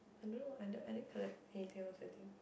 I don't know I I didn't collect anything else I think